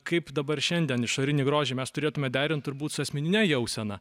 kaip dabar šiandien išorinį grožį mes turėtume derint turbūt su asmenine jausena